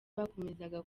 bakomeza